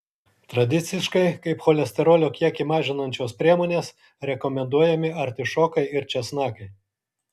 tradiciškai kaip cholesterolio kiekį mažinančios priemonės rekomenduojami artišokai ir česnakai